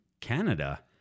Canada